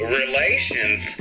relations